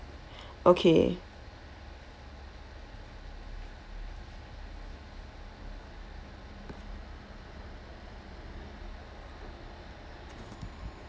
okay